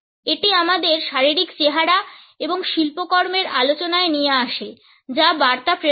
এটি আমাদের শারীরিক চেহারা এবং শিল্পকর্মের আলোচনায় নিয়ে আসে যা বার্তা প্রেরণ করে